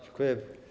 Dziękuję.